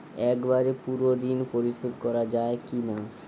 একবারে পুরো ঋণ পরিশোধ করা যায় কি না?